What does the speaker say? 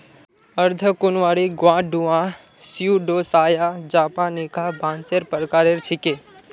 अर्धकुंवारी Guadua Pseudosasa japonica बांसेर प्रकार छिके